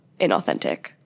inauthentic